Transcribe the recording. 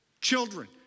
children